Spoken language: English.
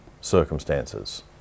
circumstances